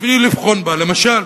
בלי לבחון בה, למשל,